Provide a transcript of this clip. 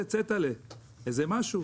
שיהיה איזה משהו